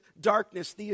darkness